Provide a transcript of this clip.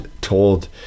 told